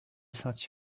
saint